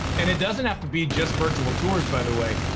and it doesn't have to be just virtual tours, by the way,